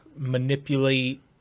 manipulate